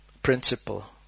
Principle